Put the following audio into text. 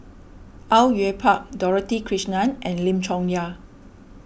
Au Yue Pak Dorothy Krishnan and Lim Chong Yah